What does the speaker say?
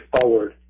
forward